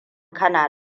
kana